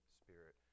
spirit